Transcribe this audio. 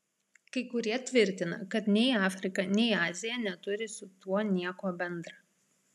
kai kurie tvirtina kad nei afrika nei azija neturi su tuo nieko bendra